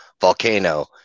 volcano